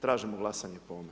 Tražimo glasanje po ovome.